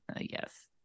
Yes